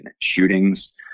shootings